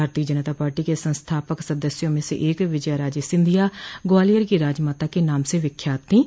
भारतीय जनता पार्टी के संस्थापक सदस्यों में से एक विजया राजे सिंधिया ग्वालियर की राजमाता के नाम से विख्यात थीं